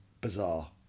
Bizarre